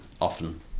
often